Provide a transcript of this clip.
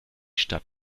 stadt